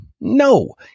No